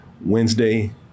Wednesday